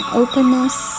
openness